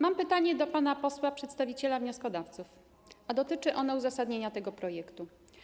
Mam pytanie do pana posła przedstawiciela wnioskodawców, a dotyczy ono uzasadnienia tego projektu.